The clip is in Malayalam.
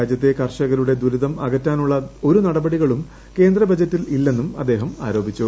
രാജ്യത്തെ കർഷകരുടെ ദുരിതം അകറ്റാനുള്ള ഒരു നടപടികളും കേന്ദ്രബജറ്റിൽ ഇല്ലെന്നും അദ്ദേഹം ആരോപിച്ചു